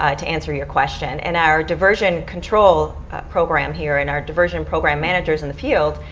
ah to answer your question. and our diversion control program here in our diversion program managers in the field,